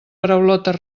paraulotes